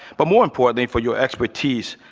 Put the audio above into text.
but more importantly for your expertise,